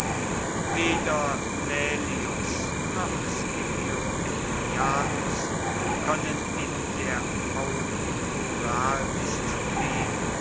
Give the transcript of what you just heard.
weder laelius noch scipio aemilianus können in der